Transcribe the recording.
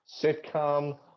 sitcom